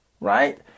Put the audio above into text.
Right